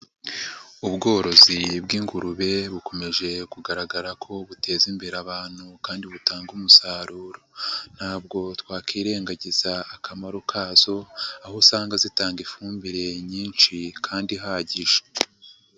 Ubworozi bw'ingurube bukomeje kugaragara ko buteza imbere abantu kandi butanga umusaruro, ntabwo twakwirengagiza akamaro kazo, aho usanga zitanga ifumbire nyinshi kandi ihagije.